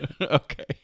Okay